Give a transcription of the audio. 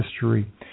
history